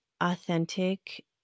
authentic